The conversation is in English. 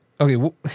okay